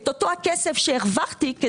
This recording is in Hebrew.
את אותו הכסף שהרווחתי,